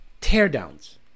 Teardowns